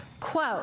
Quote